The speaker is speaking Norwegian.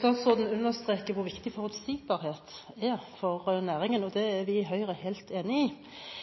Statsråden understreket hvor viktig forutsigbarhet er for næringen. Det er vi i Høyre helt enig i. Mitt spørsmål til statsråden blir da: Hva med forutsigbarheten for de om lag 150 småkrafteierne som ikke kom med i